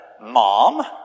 Mom